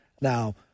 Now